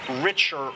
richer